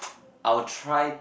I'll try